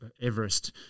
Everest